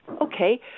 okay